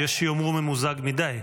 יש שיאמרו: ממוזג מדי.